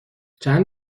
چند